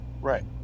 right